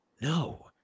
No